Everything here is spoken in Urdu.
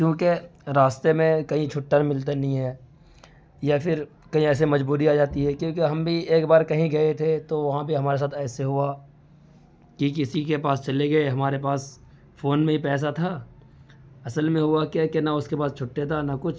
کیونکہ راستے میں کہیں چھٹّا ملتا نہیں ہے یا پھر کئی ایسے مجبوری آ جاتی ہے کیونکہ ہم بھی ایک بار کہیں گئے تھے تو وہاں بھی ہمارے ساتھ ایسے ہوا کہ کسی کے پاس چلے گئے ہمارے پاس فون میں ہی پیسہ تھا اصل میں ہوا کیا کہ نہ اس کے پاس چھٹّے تھا نہ کچھ